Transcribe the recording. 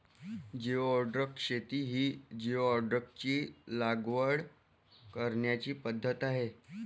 geoduck शेती ही जिओडॅकची लागवड करण्याची पद्धत आहे